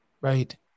right